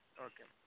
okay madam